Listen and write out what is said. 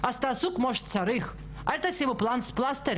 אז תעשו כמו שצריך, אל תשימו פלסטרים.